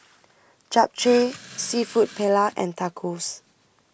Japchae Seafood Paella and Tacos